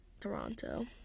Toronto